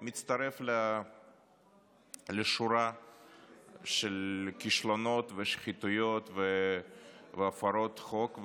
מצטרף לשורה של כישלונות ושחיתויות והפרות חוק,